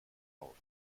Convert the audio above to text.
auf